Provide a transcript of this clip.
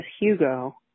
Hugo